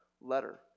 letter